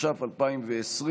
התש"ף 2020,